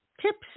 tips